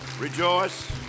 Rejoice